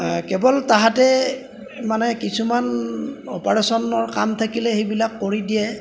কেৱল তাহাঁতে মানে কিছুমান অপাৰেশ্যনৰ কাম থাকিলে সেইবিলাক কৰি দিয়ে